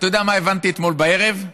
אתה יודע מה הבנתי אתמול בערב?